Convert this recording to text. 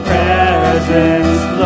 presence